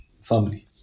family